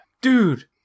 Dude